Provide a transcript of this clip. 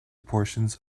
portions